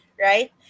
Right